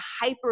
hyper